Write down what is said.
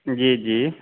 ਜੀ ਜੀ